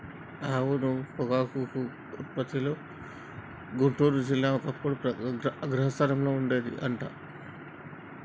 అవును పొగాకు ఉత్పత్తిలో గుంటూరు జిల్లా ఒకప్పుడు అగ్రస్థానంలో ఉండేది అంట